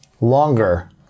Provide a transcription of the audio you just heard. longer